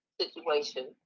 situation